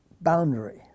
boundary